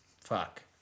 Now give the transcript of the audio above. fuck